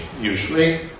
usually